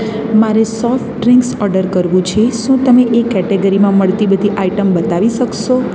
મારે soft drinks order કરવું છે શું તમે એ કેટેગરીમાં મળતી બધી આઇટમ બતાવી શકશો